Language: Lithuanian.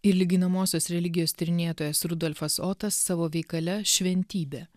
ir lyginamosios religijos tyrinėtojas rudolfas otas savo veikale šventybė